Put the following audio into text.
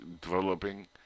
developing